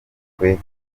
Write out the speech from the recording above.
kwetu